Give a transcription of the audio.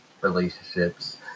relationships